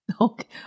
Okay